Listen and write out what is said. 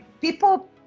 people